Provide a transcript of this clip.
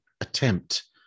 attempt